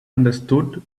understood